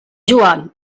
joan